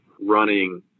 running